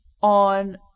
on